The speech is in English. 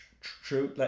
true